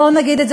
בואו נגיד את זה,